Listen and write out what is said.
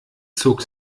zog